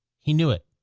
he knew it.